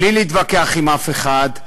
בלי להתווכח עם אף אחד,